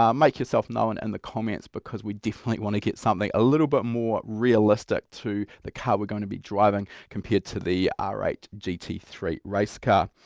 um make yourself known in and the comments because we definitely want to get something a little bit more realistic to the car we're going to be driving compared to the r eight g t three race car.